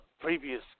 previous